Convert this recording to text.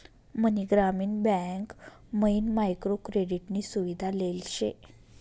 मनी ग्रामीण बँक मयीन micro credit नी सुविधा लेल शे